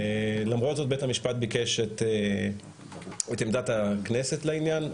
למרות זאת בית המשפט ביקש את עמדת הכנסת לעניין,